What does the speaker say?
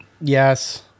Yes